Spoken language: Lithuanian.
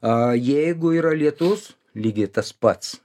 a jeigu yra lietus lygiai tas pats